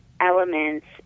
elements